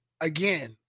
again